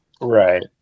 right